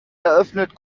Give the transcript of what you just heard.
eröffnet